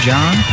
John